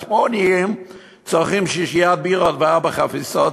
הצפונים צורכים שישיית בירות וארבע חפיסות